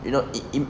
you know it it